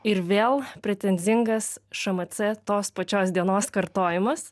ir vėl pretenzingas šmc tos pačios dienos kartojimas